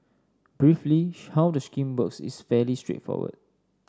briefly how the scheme works is fairly straightforward